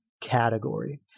category